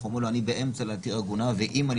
הוא אמר לו: אני באמצע להתיר עגונה ואם אני